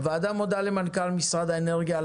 הוועדה מודה למנכ"ל משרד האנרגיה על